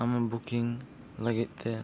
ᱟᱢ ᱞᱟᱹᱜᱤᱫ ᱛᱮ